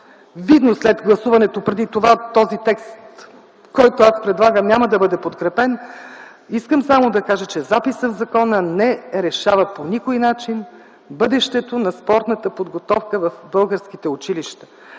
видно след гласуването преди това, този текст, който аз предлагам, няма да бъде подкрепен. Искам само да кажа, че записът в закона не решава по никакъв начин бъдещето на спортната подготовка в българските училища,